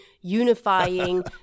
Unifying